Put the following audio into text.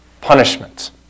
punishment